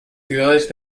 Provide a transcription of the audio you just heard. ciudades